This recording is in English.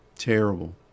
Terrible